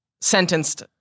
sentenced